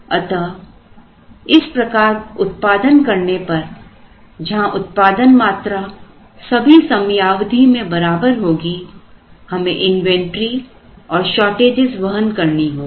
अतः इस प्रकार उत्पादन करने पर जहां उत्पादन मात्रा सभी समयावधि में बराबर होगी हमें इन्वेंटरी और शॉर्टेजस वहन करनी होगी